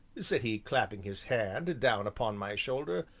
said he, clapping his hand down upon my shoulder,